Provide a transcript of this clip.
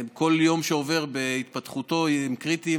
כל יום שעובר בהתפתחותו הוא קריטי,